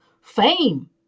fame